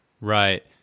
Right